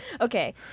okay